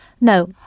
No